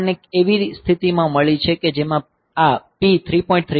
આપણને એવી સ્થિતિ મળી છે કે જેમાં આ P 3